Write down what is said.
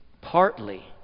Partly